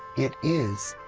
it is.